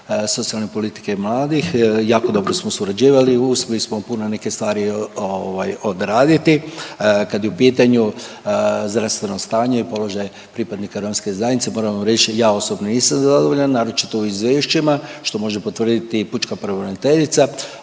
socijalne politike i mladih, jako dobro smo surađivali, uspjeli smo puno neke stvari ovaj odraditi. Kad je u pitanju zdravstveno stanje i položaj pripadnika romske zajednice moram vam reći ja osobno nisam zadovoljan, naročito u izvješćima, što može potvrditi i pučka pravobraniteljica,